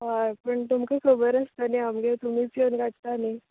हय पूण तुमकां खबर आसतले आमगे तुमीच येवन काडटा नी